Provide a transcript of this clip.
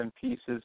pieces